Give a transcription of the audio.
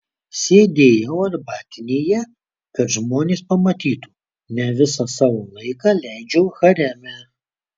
sėdėjau arbatinėje kad žmonės pamatytų ne visą savo laiką leidžiu hareme